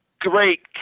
great